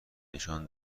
نشان